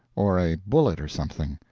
or a bullet, or something.